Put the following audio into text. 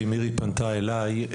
כי מירי פנתה אליי.